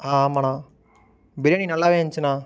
ஆ ஆமாண்ணா பிரியாணி நல்லாவே இருந்துச்சுண்ணா